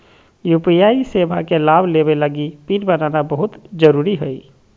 UPI सेवा के लाभ लेबे लगी पिन बनाना बहुत जरुरी हइ